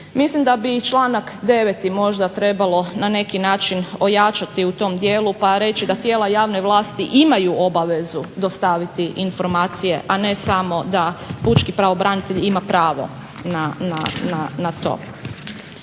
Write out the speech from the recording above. mislim da bi i članak 9. možda trebalo na neki način ojačati u tom dijelu pa reći da tijela javne vlasti imaju obavezu dostaviti informacije, a ne samo da pučki pravobranitelj ima pravo na to.